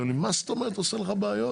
הוא אומר לי: מה זאת אומרת עושה לך בעיות?